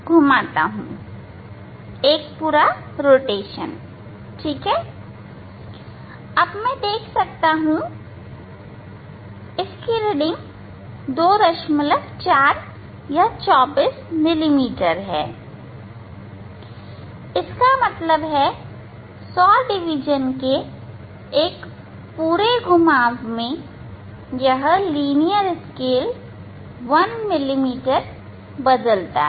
ठीक है अब मैं देख सकता हूं इसकी रीडिंग है 24 24 मिलीमीटर है इसका मतलब है 100 डिवीजन के एक पूरे घुमाव में यह लीनियर स्केल 1 मिलीमीटर बदलता है